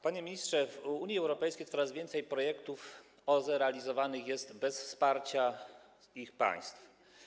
Panie ministrze, w Unii Europejskiej coraz więcej projektów OZE realizowanych jest bez wsparcia ich państw.